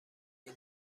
این